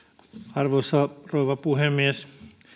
arvoisa rouva puhemies